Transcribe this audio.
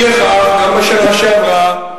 לפיכך, גם בשנה שעברה,